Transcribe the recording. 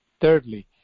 Thirdly